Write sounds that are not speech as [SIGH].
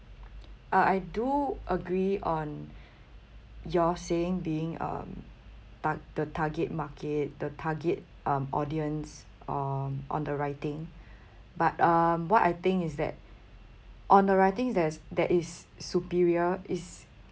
uh I do agree on [BREATH] your saying being um but the target market the target um audience um on the writing but um what I think is that on the writing there's that is superior is